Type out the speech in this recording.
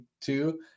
two